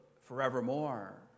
forevermore